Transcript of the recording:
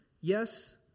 yes